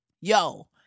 Yo